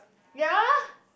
ya